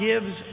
gives